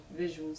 visuals